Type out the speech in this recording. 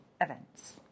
events